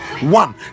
One